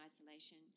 isolation